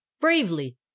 bravely